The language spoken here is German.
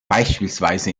beispielsweise